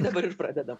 dabar ir pradedam